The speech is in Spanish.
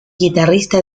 guitarrista